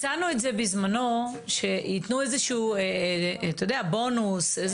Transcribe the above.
הצענו בזמנו שיתנו איזשהו בונוס.